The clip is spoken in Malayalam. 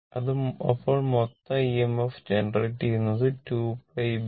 അപ്പോൾ മൊത്തം EMF ജനറേറ്റ് ചെയ്യുന്നത് 2 π B A